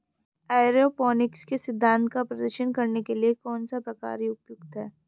Aeroponics के सिद्धांत का प्रदर्शन करने के लिए कौन सा प्रकार उपयुक्त है?